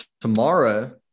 Tomorrow